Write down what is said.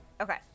Okay